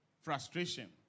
frustration